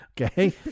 okay